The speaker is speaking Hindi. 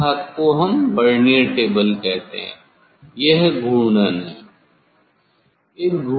इस भाग को हम वर्नियर टेबल कहते हैं यह घूर्णन है